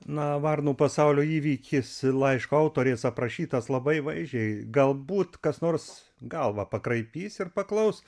na varnų pasaulio įvykis laiško autorės aprašytas labai vaizdžiai galbūt kas nors galvą pakraipys ir paklaus